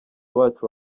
wacu